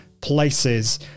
places